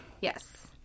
yes